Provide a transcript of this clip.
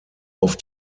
auf